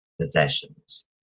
possessions